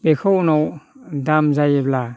बेखौ उनाव दाम जायोब्ला